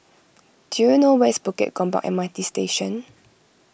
do you know where is Bukit Gombak M R T Station